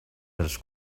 dels